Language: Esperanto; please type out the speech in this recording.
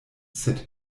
sed